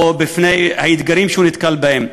או את האתגרים שהוא נתקל בהם.